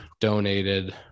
donated